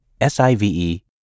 S-I-V-E